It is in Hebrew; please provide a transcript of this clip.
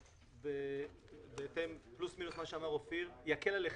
כפי שפלוס-מינוס מה שאמר אופיר, יקל עליכם.